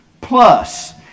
plus